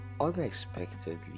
unexpectedly